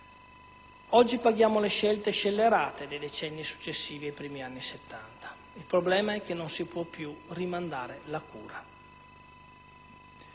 Oggi paghiamo le scelte scellerate dei decenni successivi ai primi anni Settanta. Il problema è che non si può più rimandare la cura.